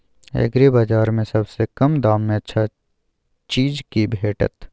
एग्रीबाजार में सबसे कम दाम में अच्छा चीज की भेटत?